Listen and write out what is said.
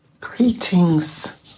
Greetings